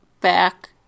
back